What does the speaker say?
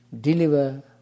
deliver